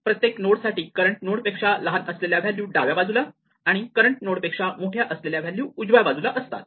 प्रत्येक नोड साठी current node पेक्षा लहान असलेल्या व्हॅल्यू डाव्या बाजूला आणि करंट नोड पेक्षा मोठ्या असलेल्या व्हॅल्यू उजव्या बाजूला असतात